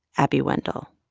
abby wendle